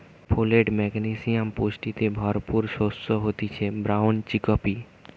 folate, magnesium পুষ্টিতে ভরপুর শস্য হতিছে ব্রাউন চিকপি